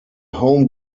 home